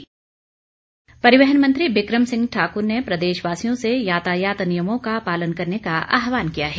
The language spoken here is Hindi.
विक्रम ठाकूर परिवहन मंत्री विक्रम सिंह ठाकुर ने प्रदेशवासियों से यातायात नियमों का पालन करने का आहवान किया है